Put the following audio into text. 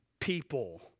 people